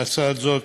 להצעה זאת